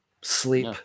Sleep